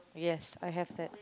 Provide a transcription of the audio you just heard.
yes I have that